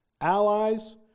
allies